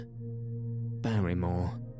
Barrymore